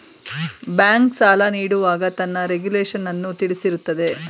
bank, ಸಾಲ ನೀಡುವಾಗ ತನ್ನ ರೆಗುಲೇಶನ್ನನ್ನು ತಿಳಿಸಿರುತ್ತದೆ